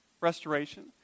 Restoration